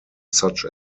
such